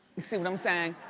you see what i'm saying?